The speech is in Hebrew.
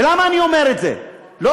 ולמה אני אומר את זה, נכון.